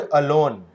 alone